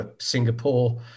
Singapore